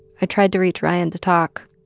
i tried to reach ryan to talk.